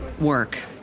work